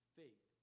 faith